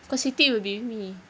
cause siti will be with me